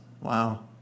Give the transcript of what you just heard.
Wow